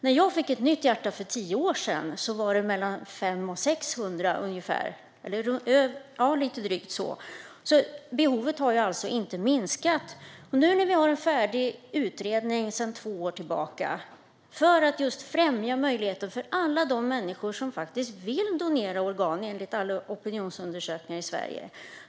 När jag fick ett nytt hjärta för tio år sedan var det ungefär 500-600, så behovet har alltså inte minskat. Vi har nu sedan två år en färdig utredning för att främja möjligheten för alla de människor som faktiskt vill donera organ, enligt alla opinionsundersökningar i Sverige.